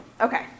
Okay